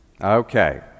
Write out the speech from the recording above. Okay